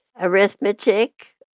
Arithmetic